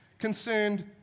concerned